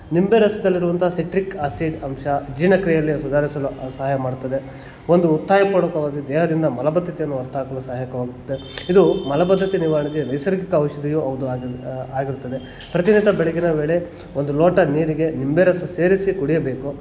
ನಿಂಬೆ ರಸದಲ್ಲಿರುವಂತ citric acid ಅಂಶ ಜೀರ್ಣ ಕ್ರಿಯೆಯಲ್ಲಿ ಸುಧಾರಿಸಲು ಸಹಾಯ ಮಾಡುತ್ತದೆ ಒಂದು ಒತ್ತಾಯ ಪೂರ್ವಕವಾದ ದೇಹದಿಂದ ಮಲಬದ್ದತೆಯನ್ನು ಹೊರ್ತು ಹಾಕಲು ಸಹಾಯಕವಾಗುತ್ತದೆ ಇದು ಮಲಬದ್ಧತೆ ನಿವಾರಣೆಗೆ ನೈಸರ್ಗಿಕ ಔಷಧಿಯು ಹೌದು ಆಗಿರು ಆಗಿರುತ್ತದೆ ಪ್ರತೀ ನಿತ್ಯ ಬೆಳಗಿನ ವೇಳೆ ಒಂದು ಲೋಟ ನೀರಿಗೆ ನಿಂಬೆ ರಸ ಸೇರಿಸಿ ಕುಡಿಯಬೇಕು